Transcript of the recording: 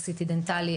ה-CT הדנטלי,